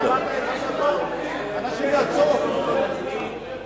הם הטעו אותנו.